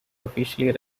officially